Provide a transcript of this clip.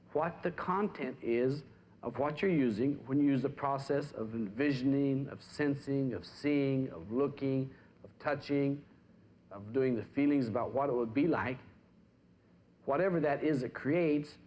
what the content is of what you're using when you use the process of the visioning of sensing of seeing looking touching doing the feelings about what it would be like whatever that is that creates